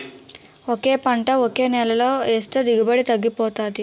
ఒకే పంట ఒకే నేలలో ఏస్తే దిగుబడి తగ్గిపోతాది